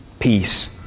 peace